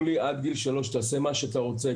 לי שעד גיל שלוש תעשה מה שאתה רוצה.